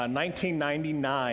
1999